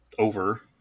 Over